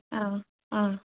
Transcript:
অঁ অঁ